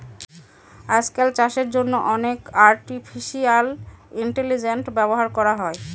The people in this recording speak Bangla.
আজকাল চাষের জন্য অনেক আর্টিফিশিয়াল ইন্টেলিজেন্স ব্যবহার করা হয়